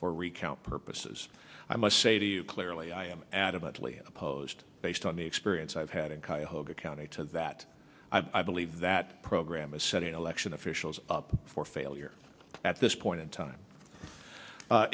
for recount purposes i must say to you clearly i am adamantly opposed based on the experience i've had in cuyahoga county to that i believe that program is setting election officials up for failure at this point in time